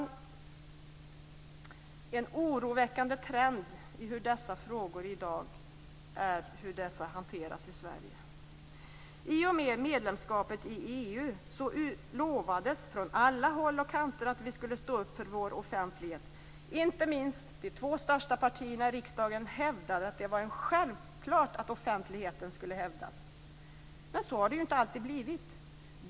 Det finns en oroväckande trend när det gäller hur dessa frågor i dag hanteras i Sverige. I och med medlemskapet i EU lovades från alla håll och kanter att vi skulle stå upp för vår offentlighet. Inte minst de två största partierna i riksdagen hävdade att det var en självklarhet att offentligheten skulle hävdas men så har det inte alltid blivit.